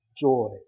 joy